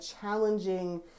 challenging